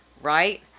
right